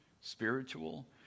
spiritual